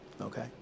Okay